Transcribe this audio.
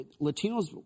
Latinos